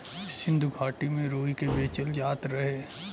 सिन्धु घाटी में रुई के बेचल जात रहे